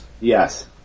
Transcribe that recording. Yes